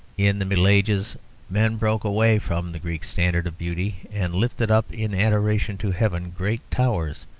in the middle ages men broke away from the greek standard of beauty, and lifted up in adoration to heaven great towers,